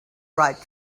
write